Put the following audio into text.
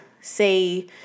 say